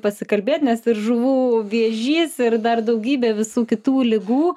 pasikalbėt nes ir žuvų vėžys ir dar daugybė visų kitų ligų